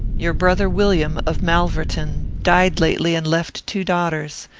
your brother william, of malverton, died lately and left two daughters.